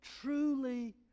truly